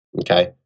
okay